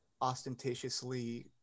ostentatiously